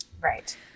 Right